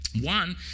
one